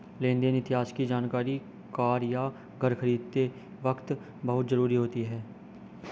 लेन देन इतिहास की जानकरी कार या घर खरीदते वक़्त बहुत जरुरी होती है